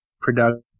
production